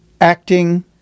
acting